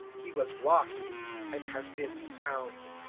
he was lost and has been found